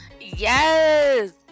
yes